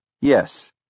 Yes